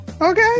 Okay